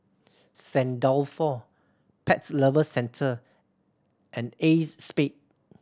Saint Dalfour Pets Lover Centre and Acexspade